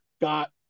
got